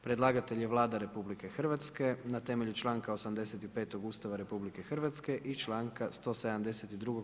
Predlagatelj je Vlada RH na temelju članka 85. ustava RH i članka 172.